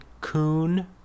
coon